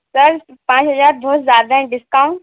sir पाँच हज़ार बहुत ज़्यादा है डिस्काउंट